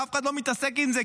ואף אחד לא מתעסק עם זה,